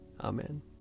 Amen